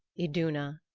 iduna,